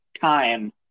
time